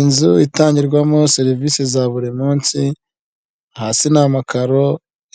Inzu itangirwamo serivise za buri munsi, hasi ni amakaro,